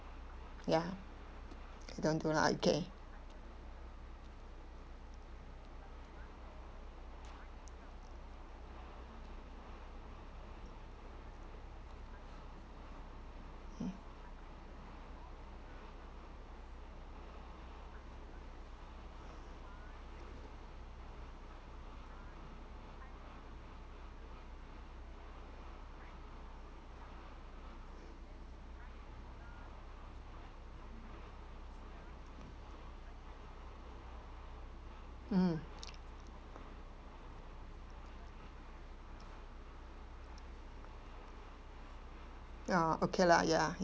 ya I don't do lah okay hmm mm ya okay lah ya